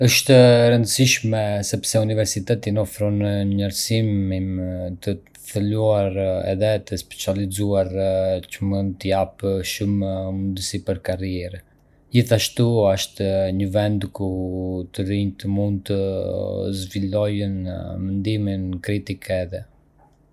Po, asht e rëndësishme sepse universiteti ofron një arsimim të thelluar edhe të specializuar që mund të hap shumë mundësi për karrierë. Gjithashtu, asht një vend ku të rinjtë mund të zhvillojnë mendimin kritik edhe